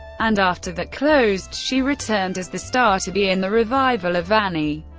and after that closed she returned as the star to be in the revival of annie.